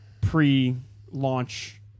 pre-launch